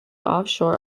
offshore